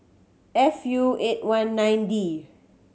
F U eight one nine D